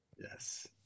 Yes